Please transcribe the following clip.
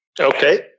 Okay